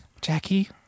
Jackie